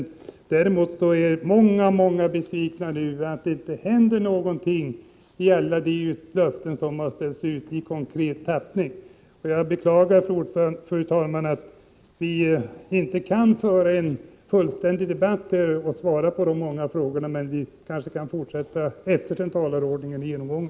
Nu däremot är många kommunalmän besvikna över att det inte händer någonting, och att inte alla de löften som ställts ut ges konkret tappning. Jag beklagar, fru talman, att vi inte kan föra en fullständig debatt nu, så att det kan ges besked i de många olika frågorna. Men vi kanske kan fortsätta efter det att talarlistan är genomgången.